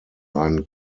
einen